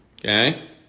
okay